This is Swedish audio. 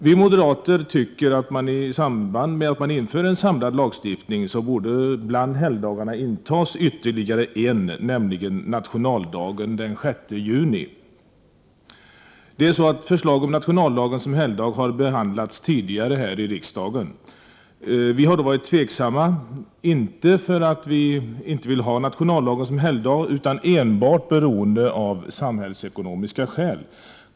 Vi moderater anser att man i samband med genomförandet av en samlad lagstiftning borde införa ytterligare en allmän helgdag, nämligen nationaldagen den 6 juni. Förslag om att göra nationaldagen till allmän helgdag har tidigare behandlats här i riksdagen. Vi moderater var då tveksamma till detta, inte på grund av att vi inte ville ha nationaldagen som helgdag, utan enbart av samhällsekonomiska skäl.